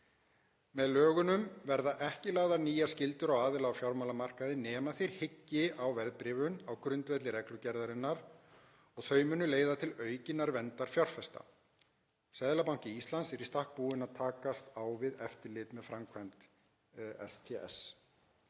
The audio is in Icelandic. Með lögunum verða ekki lagðar nýjar skyldur á aðila á fjármálamarkaði nema þeir hyggi á verðbréfun á grundvelli reglugerðarinnar og þau munu leiða til aukinnar verndar fjárfesta. Seðlabanki Íslands er í stakk búinn til að takast á við eftirlit með framkvæmd STSR.